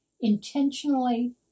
intentionally